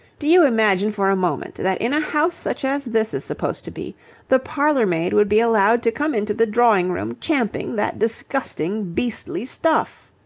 do you imagine for a moment that in a house such as this is supposed to be the parlour-maid would be allowed to come into the drawing-room champing that disgusting, beastly stuff?